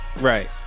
Right